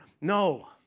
no